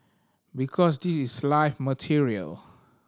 because this is live material